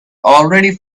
already